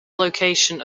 location